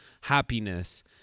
happiness